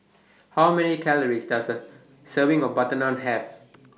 How Many Calories Does A Serving of Butter Naan Have